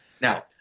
Now